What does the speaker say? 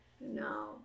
No